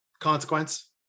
consequence